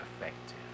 effective